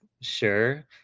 Sure